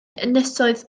ynysoedd